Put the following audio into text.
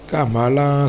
Kamala